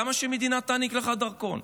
למה שהמדינה תעניק לך דרכון?